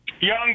Young